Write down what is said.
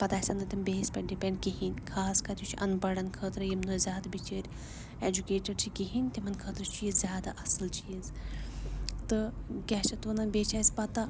پَتہٕ آسَن نہٕ تِم بیٚیِس پٮ۪ٹھ ڈِپٮ۪نٛڈ کِہیٖنۍ خاص کَر یہِ چھُ اَنپَڑَن خٲطرٕ یِم نہٕ زیادٕ بِچٲرۍ اٮ۪جُکیٹڈ چھِ کِہیٖنۍ تِمَن خٲطرٕ چھُ یہِ زیادٕ اَصٕل چیٖز تہٕ کیٛاہ چھِ اَتھ وَنان بیٚیہِ چھِ اَسہِ پَتہ